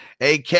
AK